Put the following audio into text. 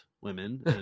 women